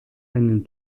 einen